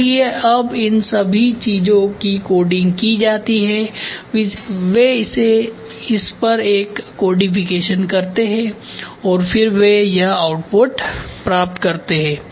इसलिएअब इन सभी चीजों की कोडिंग की जाती है वे इस पर एक कोडिफ़ीकेशन करते हैं और फिर वे यह आउटपुट प्राप्त करते है